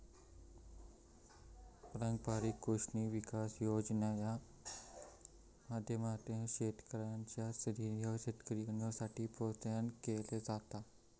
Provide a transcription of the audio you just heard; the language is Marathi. पारंपारिक कृषी विकास योजनेच्या माध्यमातना शेतकऱ्यांका सेंद्रीय शेती करुसाठी प्रोत्साहित केला जाता